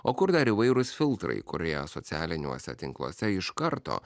o kur dar įvairūs filtrai kurie socialiniuose tinkluose iš karto